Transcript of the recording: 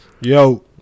yo